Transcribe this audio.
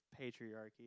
patriarchy